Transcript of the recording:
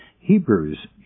Hebrews